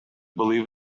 believe